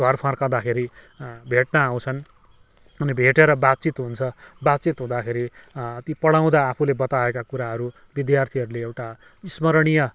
घर फर्कदाखेरि भेट्न आउँछन् अनि भेटेर बातचित हुन्छ बातचित हुँदाखेरि ती पढाउँदा आफूले बताएका कुराहरू विद्यार्थीहरूले एउटा स्मरणीय